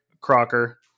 Crocker